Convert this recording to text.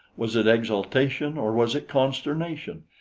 was it exaltation or was it consternation?